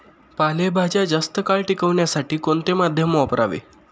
पालेभाज्या जास्त काळ टिकवण्यासाठी कोणते माध्यम वापरावे?